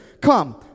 Come